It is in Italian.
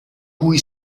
cui